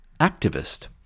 activist